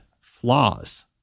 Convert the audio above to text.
flaws